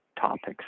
topics